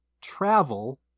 travel